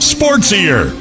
Sportsier